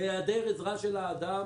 בהיעדר עזרה של האדם